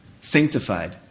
Sanctified